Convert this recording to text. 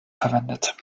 verwendet